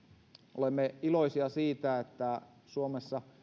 olemme iloisia siitä että suomessa